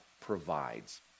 Provides